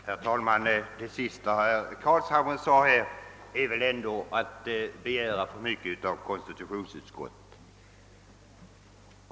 Herr talman! Detta sista är väl ändå att begära för mycket av konstitutionsutskottet.